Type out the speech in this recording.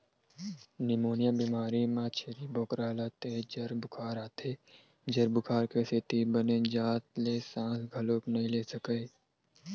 pneumonia बेमारी म छेरी बोकरा ल तेज जर बुखार आथे, जर बुखार के सेती बने जात ले सांस घलोक नइ ले सकय